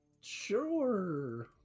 Sure